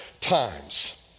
Times